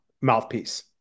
mouthpiece